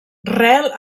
rel